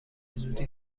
زودی